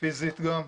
פיזית גם.